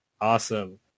Awesome